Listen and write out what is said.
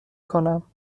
کنم